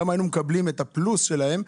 גם היינו מקבלים את הפלוס שלהם.